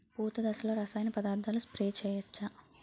పూత దశలో రసాయన పదార్థాలు స్ప్రే చేయచ్చ?